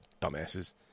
dumbasses